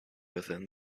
within